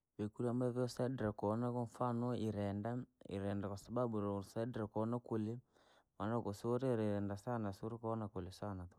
Vyakurya mee vyasaidiraa koona, kwa mfanoo irendaa, irenda kwasababu noosaidira koona koosiorya, maana kusurirya irendaa sana siuniweza kuona kuli sana.